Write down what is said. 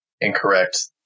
incorrect